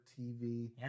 TV